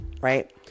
right